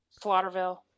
Slaughterville